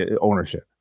ownership